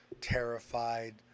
terrified